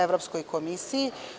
Evropskoj komisiji.